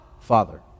Father